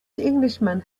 englishman